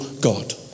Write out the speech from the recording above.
God